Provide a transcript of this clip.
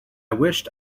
wished